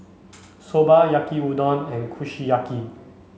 Soba Yaki Udon and Kushiyaki